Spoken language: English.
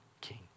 king